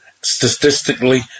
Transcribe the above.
statistically